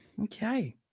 Okay